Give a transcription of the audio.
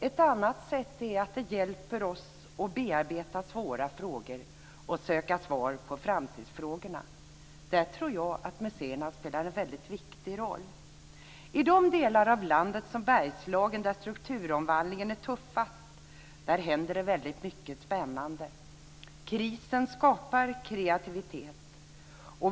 Ett annat är att den hjälper oss att bearbeta svåra frågor och söka svar på framtidsfrågorna. Där tror jag att museerna spelar en väldigt viktig roll. I de delar av landet som Bergslagen där strukturomvandlingen är tuffast, händer det väldigt mycket spännande. Krisen skapar kreativitet.